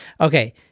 Okay